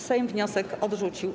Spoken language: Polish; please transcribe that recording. Sejm wniosek odrzucił.